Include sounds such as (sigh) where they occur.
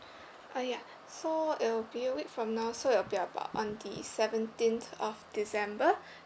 (breath) uh ya so it'll be a week from now so it'll be about on the seventeenth of december (breath)